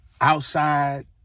outside